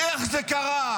איך זה קרה?